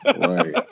right